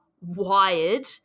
wired